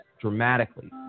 dramatically